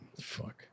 Fuck